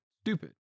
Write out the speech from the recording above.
stupid